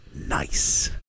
Nice